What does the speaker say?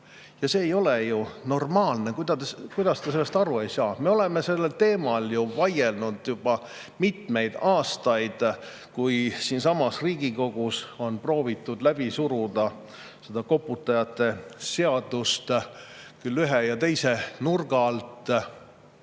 See ei ole ju normaalne! Kuidas te sellest aru ei saa!? Me oleme sellel teemal vaielnud juba mitmeid aastaid, kui siinsamas Riigikogus on proovitud läbi suruda seda koputajate seadust küll ühe, küll teise nurga alt.